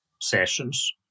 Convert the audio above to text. sessions